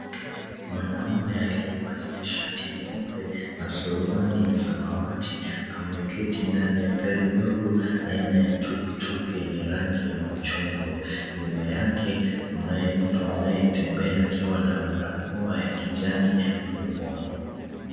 Mwanaume aliyevaa shati nyeupe na suruali ya samawati ameketi ndani ya gari dogo aina ya tuktuk yenye rangi ya machungwa. Nyuma yake kunaye mtu anayetembea akiwa na barakoa ya kijani mdomoni.